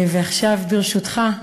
ועכשיו, ברשותך,